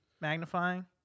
Magnifying